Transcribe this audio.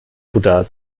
butter